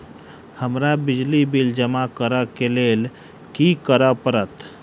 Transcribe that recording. हमरा बिजली बिल जमा करऽ केँ लेल की करऽ पड़त?